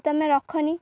ତମେ ରଖନି